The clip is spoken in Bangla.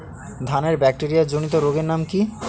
ধানের ব্যাকটেরিয়া জনিত রোগের নাম কি?